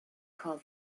call